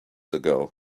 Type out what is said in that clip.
ago